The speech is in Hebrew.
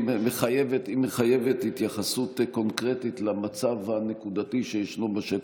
היא מחייבת התייחסות קונקרטית למצב הנקודתי שישנו בשטח.